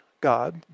God